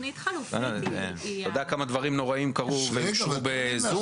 התוכנית החלופית היא --- אתה יודע כמה דברים נוראיים קרו ואושרו בזום?